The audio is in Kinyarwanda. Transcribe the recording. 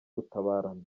gutabarana